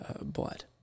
blood